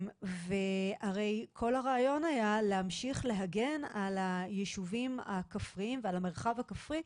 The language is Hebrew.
והרי כל הרעיון היה להמשיך להגן על היישובים הכפריים ועל המרחב הכפרי,